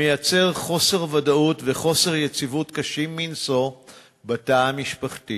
מייצר חוסר ודאות וחוסר יציבות קשים מנשוא בתא המשפחתי